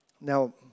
Now